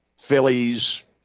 Phillies